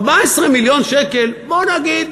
14 מיליון שקל, בואו נגיד: